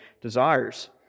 desires